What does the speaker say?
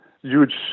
huge